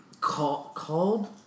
Called